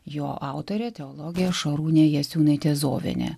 jo autorė teologė šarūnė jasiūnaitė zovienė